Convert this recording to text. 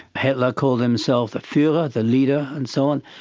hitler called himself the fuhrer, the leader and so on.